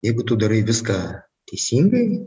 jeigu tu darai viską teisingai